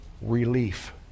relief